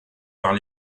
par